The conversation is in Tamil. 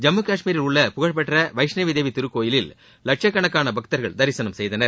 ஜம்மு கஷ்மீரில் உள்ள புகழ்பெற்ற வைஷ்ணவதேவி திருக்கோவிலில் வட்சக்கணக்கான பக்தர்கள் தரிசனம் செய்தனர்